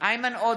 איימן עודה,